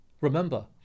Remember